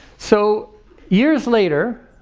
so years later,